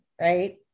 right